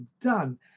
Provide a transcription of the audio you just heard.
done